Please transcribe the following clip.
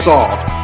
Soft